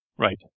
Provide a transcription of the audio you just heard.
Right